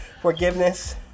forgiveness